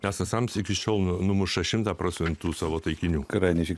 nes asams iki šiol numuša šimtą procentų savo taikinių